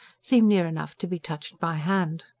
seem near enough to be touched by hand.